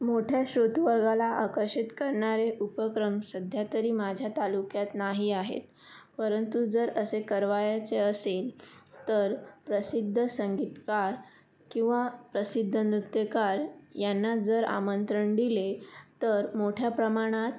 मोठ्या श्रोते वर्गाला आकर्षित करणारे उपक्रम सध्या तरी माझ्या तालुक्यात नाही आहे परंतु जर असे करावयाचे असेल तर प्रसिद्ध संगीतकार किंवा प्रसिद्ध नृत्यकार यांना जर आमंत्रण दिले तर मोठ्या प्रमाणात